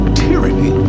tyranny